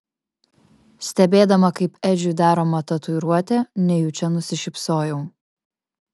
stebėdama kaip edžiui daroma tatuiruotė nejučia nusišypsojau